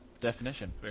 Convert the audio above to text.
definition